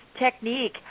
technique